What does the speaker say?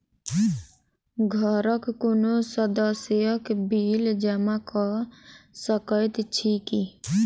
घरक कोनो सदस्यक बिल जमा कऽ सकैत छी की?